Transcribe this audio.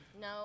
No